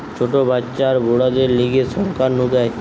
ছোট বাচ্চা আর বুড়োদের লিগে সরকার নু দেয়